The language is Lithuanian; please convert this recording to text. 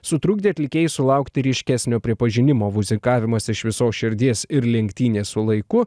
sutrukdė atlikėjai sulaukti ryškesnio pripažinimo muzikavimas iš visos širdies ir lenktynės su laiku